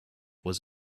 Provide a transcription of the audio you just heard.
was